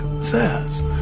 says